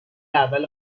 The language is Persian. اول